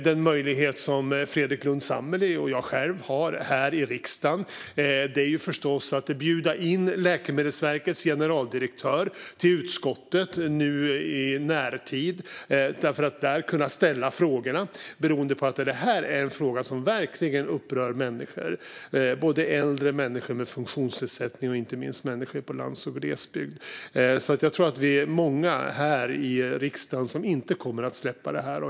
Här i riksdagen har förstås Fredrik Lundh Sammeli och jag själv möjlighet att i närtid bjuda in Läkemedelsverkets generaldirektör till utskottet för att där kunna ställa frågorna. Det här är en fråga som verkligen upprör människor, både äldre människor med funktionsnedsättning och inte minst människor på landsbygd och i glesbygd. Jag tror att vi är många här i riksdagen som inte kommer att släppa det här.